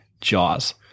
Jaws